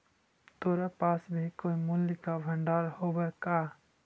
तोरा पास भी कोई मूल्य का भंडार हवअ का